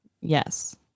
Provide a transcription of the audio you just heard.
Yes